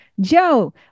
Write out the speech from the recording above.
Joe